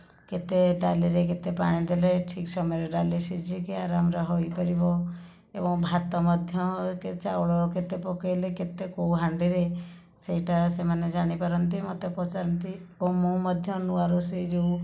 କେତେ ଡାଲି ରେ କେତେ ପାଣିଦେଲେ ଠିକ ସମୟରେ ଡାଲି ସିଝିକି ଆରାମରେ ହୋଇପାରିବ ଏବଂ ଭାତ ମଧ୍ୟ ଚାଉଳ କେତେ ପକେଇଲେ କେତେ କେଉଁ ହାଣ୍ଡିରେ ସେଇଟା ସେମାନେ ଜାଣିପାରନ୍ତି ମୋତେ ପଚାରନ୍ତି ଏବଂ ମୁଁ ମଧ୍ୟ ନୂଆ ରୋଷେଇ ଯେଉଁ